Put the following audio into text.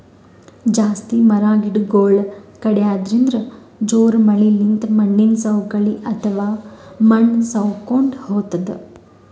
ಜಾಸ್ತಿ ಮರ ಗಿಡಗೊಳ್ ಕಡ್ಯದ್ರಿನ್ದ, ಜೋರ್ ಮಳಿಲಿಂತ್ ಮಣ್ಣಿನ್ ಸವಕಳಿ ಅಥವಾ ಮಣ್ಣ್ ಸವಕೊಂಡ್ ಹೊತದ್